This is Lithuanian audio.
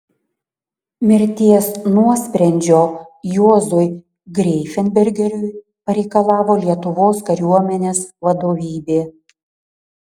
mirties nuosprendžio juozui greifenbergeriui pareikalavo lietuvos kariuomenės vadovybė